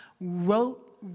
wrote